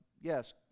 yes